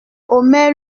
omer